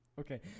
Okay